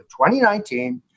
2019